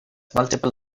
multiple